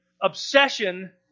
obsession